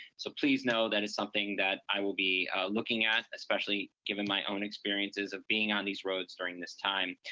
so please know that is something that i will be looking at, especially given my own experiences of being on these roads during this time.